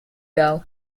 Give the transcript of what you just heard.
girl